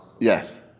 Yes